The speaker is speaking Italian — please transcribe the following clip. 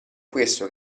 questo